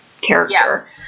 character